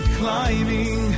climbing